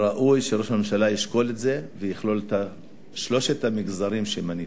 ראוי שראש הממשלה ישקול את זה ויכלול את שלושת המגזרים שמניתי.